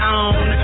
on